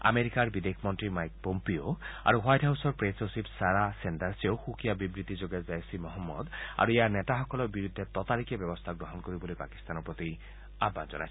আমেৰিকাৰ বিদেশ মন্ত্ৰী মাইক পম্পীঅ আৰু হোৱাইট হাউছৰ প্ৰেছ সচিব ছাৰাহ চেণ্ডাৰ্ছেও সুকীয়া বিবৃতি যোগে জইছ ঈ মহম্মদ আৰু ইয়াৰ নেতাসকলৰ বিৰুদ্ধে ততালিকে ব্যৱস্থা গ্ৰহণ কৰিবলৈ পাকিস্তানৰ প্ৰতি আহ্বান জনাইছে